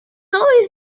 always